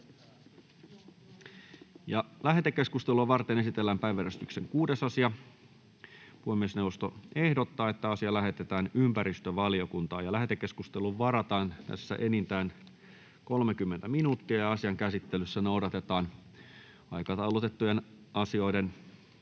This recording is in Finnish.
Lähetekeskustelua varten esitellään päiväjärjestyksen 6. asia. Puhemiesneuvosto ehdottaa, että asia lähetetään ympäristövaliokuntaan. Lähetekeskusteluun varataan enintään 30 minuuttia. Asian käsittelyssä noudatetaan aikataulutettujen asioiden